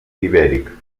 ibèric